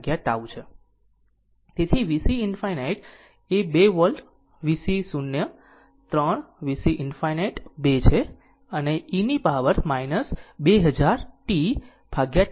તેથી VC ∞ એ 2 volt VC 0 3 VC ∞ 2 છે અને e ની પાવર 2000 t